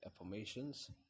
affirmations